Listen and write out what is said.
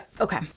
Okay